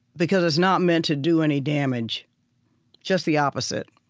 because it's not meant to do any damage just the opposite.